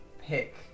pick